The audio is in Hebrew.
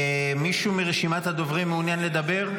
מישהו מרשימת הדוברים מעוניין לדבר?